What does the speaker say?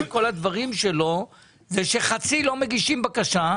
כל הדברים שלו זה שחצי לא מגישים בקשה,